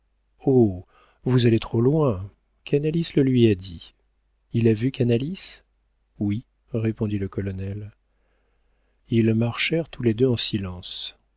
vous allez trop loin canalis le lui a dit il a vu canalis oui répondit le colonel ils marchèrent tous les deux en silence